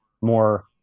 more